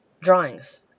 drawings